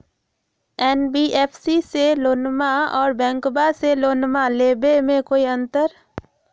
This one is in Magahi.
एन.बी.एफ.सी से लोनमा आर बैंकबा से लोनमा ले बे में कोइ अंतर?